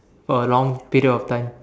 for a long period of time